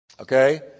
Okay